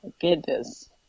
goodness